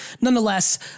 Nonetheless